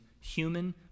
human